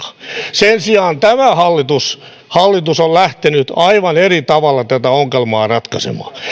sen sijaan tämä hallitus hallitus on lähtenyt aivan eri tavalla tätä ongelmaa ratkaisemaan